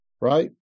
right